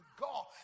God